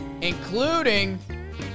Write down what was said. including